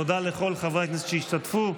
תודה לכל חברי הכנסת שהשתתפו.